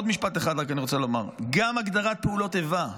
עוד משפט אחד אני רוצה לומר: גם הגדרת פעולות איבה.